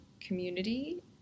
community